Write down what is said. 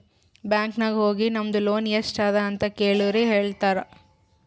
bank ನಾಗ್ ಹೋಗಿ ನಿಮ್ದು ಲೋನ್ ಎಸ್ಟ್ ಅದ ಅಂತ ಕೆಳುರ್ ಹೇಳ್ತಾರಾ